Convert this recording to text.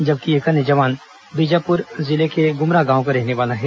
जबकि एक अन्य जवान बीजापुर जिले के गुमरा गांव का रहने वाला है